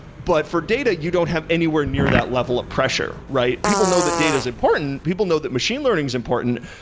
but for data, you don't have anywhere near that level of pressure, right? people know that data is important. people know that machine learning is important,